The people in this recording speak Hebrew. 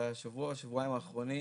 בשבועיים האחרונים